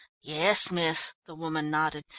yes, miss, the woman nodded.